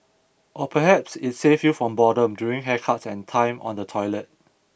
or perhaps it saved you from boredom during haircuts and time on the toilet